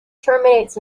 terminates